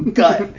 god